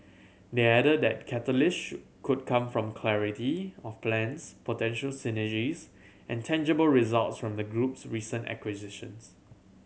they added that catalyst could come from clarity of plans potential synergies and tangible results from the group's recent acquisitions